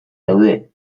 daude